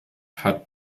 hat